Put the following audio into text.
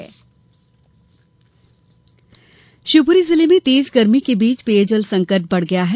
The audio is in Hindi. जल सकंट शिवपुरी जिले में तेज गर्मी के बीच पेयजल संकट बढ़ गया है